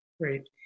Great